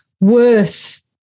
worse